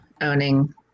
owning